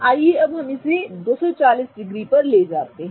आइए अब हम इसे 240 डिग्री पर बनाते हैं